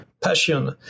passion